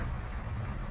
विद्यार्थी सर